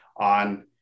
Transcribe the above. on